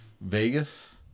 vegas